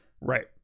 Right